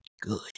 good